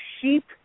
sheep